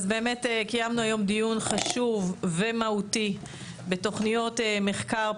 אז באמת קיימנו היום דיון חשוב ומהותי בתוכניות מחקר,